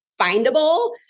findable